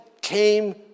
came